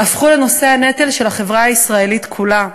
הפכו לנושאי הנטל של החברה הישראלית כולה.